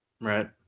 Right